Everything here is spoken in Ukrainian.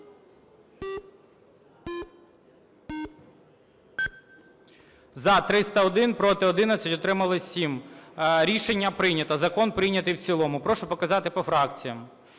За-301 Проти – 11, утримались – 7. Рішення прийнято. Закон прийнятий в цілому. Прошу показати по фракціям: